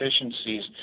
efficiencies